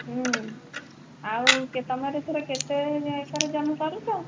ଆଉ କିଏ ତୁମର ଏଥର କେତେ ଏକର ଜମି କରୁଛ